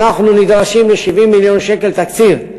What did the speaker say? אנחנו נדרשים ל-70 מיליון שקל תקציב,